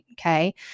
Okay